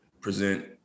present